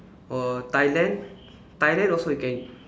or Thailand Thailand also you can